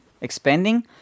expanding